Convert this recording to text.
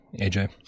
aj